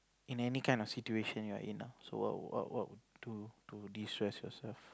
in any kind of situation you're in ah so what what what to to destress yourself